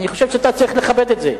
אני חושב שאתה צריך לכבד את זה.